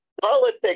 politics